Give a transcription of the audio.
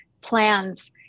plans